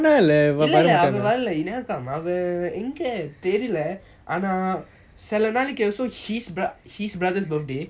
இல்ல இல்ல அவன் வரல:illa illa avan varala he never come அவன் எங்க தெரில அனா சில நாளைக்கி:avan enga terila ana silla naalaiki so his brother birthday